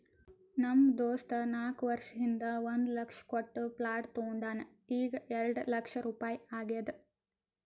ನಮ್ ದೋಸ್ತ ನಾಕ್ ವರ್ಷ ಹಿಂದ್ ಒಂದ್ ಲಕ್ಷ ಕೊಟ್ಟ ಪ್ಲಾಟ್ ತೊಂಡಾನ ಈಗ್ಎರೆಡ್ ಲಕ್ಷ ರುಪಾಯಿ ಆಗ್ಯಾದ್